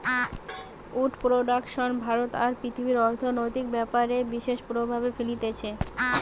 would production ভারতে আর পৃথিবীর অর্থনৈতিক ব্যাপারে বিশেষ প্রভাব ফেলতিছে